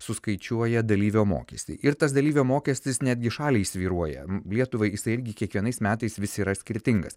suskaičiuoja dalyvio mokestį ir tas dalyvio mokestis netgi šaliai svyruoja lietuvai jisai irgi kiekvienais metais vis yra skirtingas